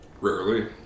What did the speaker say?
Rarely